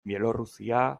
bielorrusia